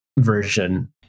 version